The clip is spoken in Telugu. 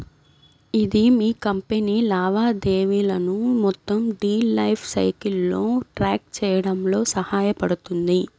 ఇది మీ కంపెనీ లావాదేవీలను మొత్తం డీల్ లైఫ్ సైకిల్లో ట్రాక్ చేయడంలో సహాయపడుతుంది